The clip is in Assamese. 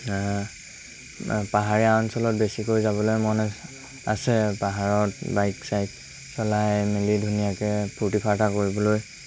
পাহাৰীয়া অঞ্চলত বেছিকৈ যাবলৈ মন আছে পাহাৰত বাইক চাইক চলাই মেলি ধুনীয়াকৈ ফূৰ্তি ফাৰ্তা কৰিবলৈ